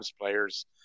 players